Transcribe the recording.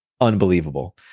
unbelievable